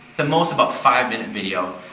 the most about five minute video,